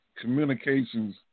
communications